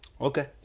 Okay